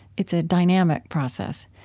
it's a dynamic process.